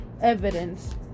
evidence